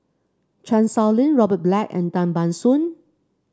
Chan Sow Lin Robert Black and Tan Ban Soon